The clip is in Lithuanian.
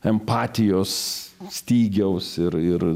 empatijos stygiaus ir ir